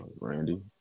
Randy